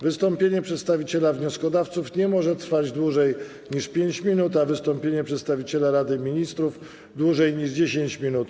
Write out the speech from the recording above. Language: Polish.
Wystąpienie przedstawiciela wnioskodawców nie może trwać dłużej niż 5 minut, a wystąpienie przedstawiciela Rady Ministrów - dłużej niż 10 minut.